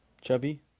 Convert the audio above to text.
chubby